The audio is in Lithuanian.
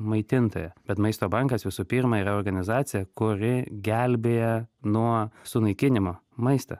maitintoją bet maisto bankas visų pirma yra organizacija kuri gelbėja nuo sunaikinimo maistą